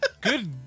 Good